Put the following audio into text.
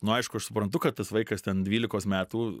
nu aišku aš suprantu kad tas vaikas ten dvylikos metų